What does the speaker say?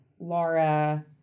Laura